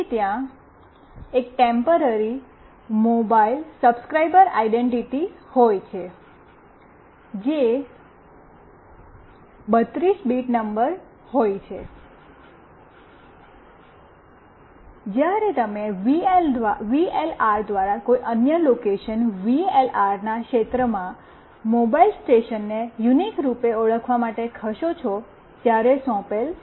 પછી ત્યાં એક ટેમ્પરરી મોબાઇલ સબ્સ્ક્રાઇબર આઇડેન્ટિટી હોઈ શકે છે જે 32 બીટ નંબર હોય છે જ્યારે તમે વીએલઆર દ્વારા કોઈ અન્ય લોકેશન વીએલઆર ના ક્ષેત્રમાં મોબાઇલ સ્ટેશનને યુનિક રૂપે ઓળખવા માટે ખસો છો ત્યારે સોંપેલ છે